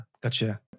Gotcha